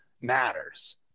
matters